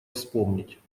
вспомнить